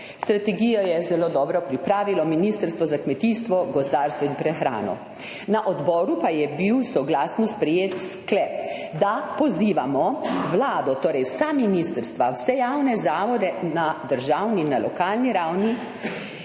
Strategijo je zelo dobro pripravilo Ministrstvo za kmetijstvo, gozdarstvo in prehrano. Na odboru pa je bil soglasno sprejet sklep, da pozivamo Vlado, torej vsa ministrstva, vse javne zavode na državni in lokalni ravni,